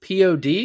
Pod